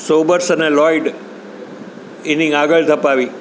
Sobers અને Lloyd innings આગળ ધપાવી